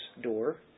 door